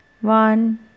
One